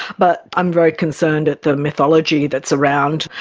but i'm very concerned at the mythology that's around,